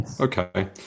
okay